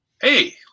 Hey